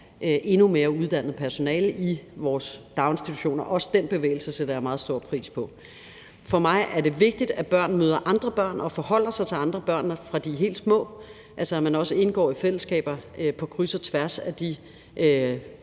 endnu mere uddannet personale i vores daginstitutioner. Også den bevægelse sætter jeg meget stor pris på. For mig er det vigtigt, at børn møder andre børn og forholder sig til andre børn, fra de er helt små, altså at man også indgår i fællesskaber på kryds og tværs af de